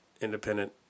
independent